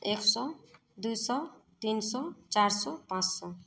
एक सओ दुइ सओ तीन सओ चारि सओ पाँच सओ